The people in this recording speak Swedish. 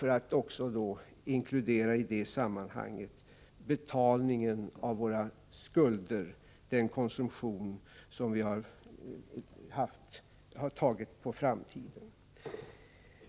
Jag inkluderar då också betalningen av våra skulder, den konsumtion som har skett på framtiden.